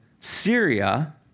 Syria